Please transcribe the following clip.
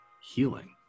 healing